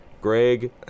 Greg